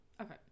Okay